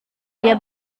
dia